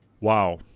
Wow